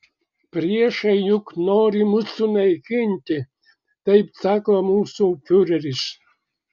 priešai juk nori mus sunaikinti taip sako mūsų fiureris